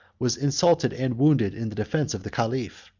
was insulted and wounded in the defence of the caliph.